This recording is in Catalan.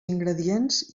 ingredients